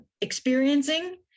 Experiencing